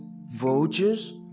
vultures